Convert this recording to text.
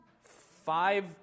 five